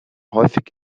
häufig